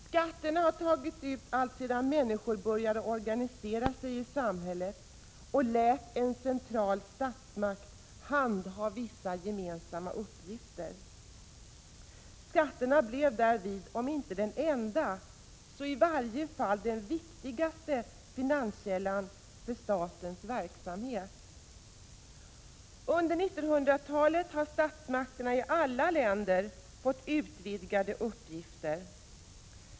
Skatter har tagits ut alltsedan människor började organisera sig i samhällen och lät en central statsmakt handha vissa gemensamma uppgifter. Skatten blev därvid om inte den enda så i varje fall den viktigaste finanskällan för statens verksamhet. Under 1900-talet har statsmakten i alla länder fått utvidgade uppgifter.